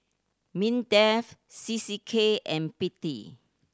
MINDEF C C K and P T